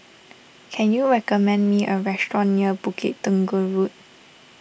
can you recommend me a restaurant near Bukit Tunggal Road